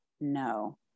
no